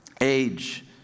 age